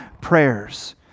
prayers